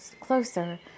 closer